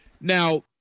Now